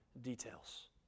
details